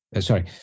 sorry